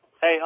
Hey